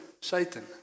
Satan